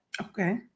Okay